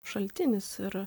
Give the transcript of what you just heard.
šaltinis ir